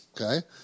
Okay